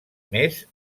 més